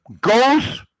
Goes